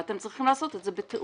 ואתם צריכים לעשות את זה בתיאום.